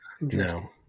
No